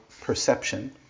perception